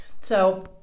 So-